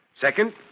second